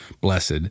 blessed